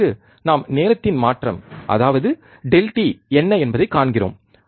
பிறகு நாம் நேரத்தின் மாற்றம் அதாவது Δt என்ன என்பதை காண்கிறோம்